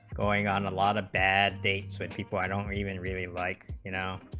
going on a lot of bad dates are people i don't even really like you know